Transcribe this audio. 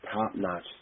top-notch